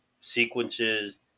sequences